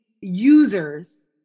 users